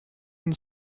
une